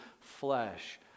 flesh